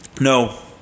No